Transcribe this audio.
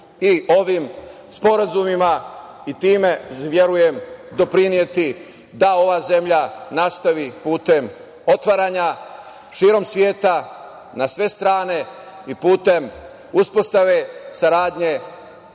ovim sporazumima i time, verujem, doprineti da ova zemlja nastavi putem otvaranja širom sveta, na sve strane i putem uspostave saradnje,